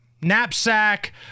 Knapsack